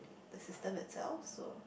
the system itself so